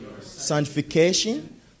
sanctification